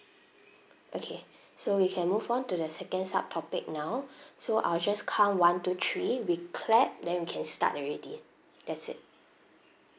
okay so we can move on to the second sub topic now so I'll just count one two three we clap then we can start already that's it